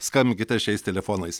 skambinkite šiais telefonais